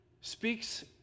speaks